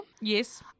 Yes